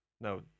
No